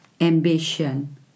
ambition